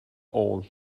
all